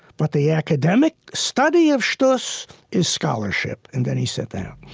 but the academic study of shtus is scholarship. and then he sat down.